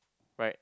right